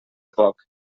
poc